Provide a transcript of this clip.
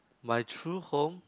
my true home